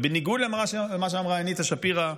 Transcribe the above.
ובניגוד למה שאמרה אניטה שפירא,